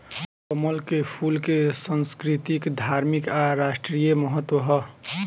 कमल के फूल के संस्कृतिक, धार्मिक आ राष्ट्रीय महत्व ह